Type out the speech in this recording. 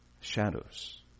Shadows